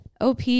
op